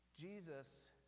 Jesus